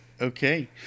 Okay